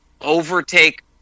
overtake